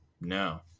No